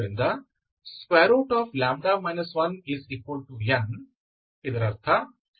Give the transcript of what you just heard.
ಆದ್ದರಿಂದ ⇒ 1n ⇒ n21 n123